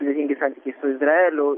sudėtingi santykiai su izraeliu